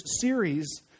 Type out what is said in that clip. series